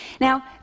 Now